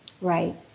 Right